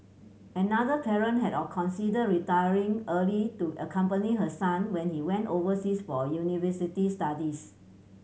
another parent had a considered retiring early to accompany her son when he went overseas for university studies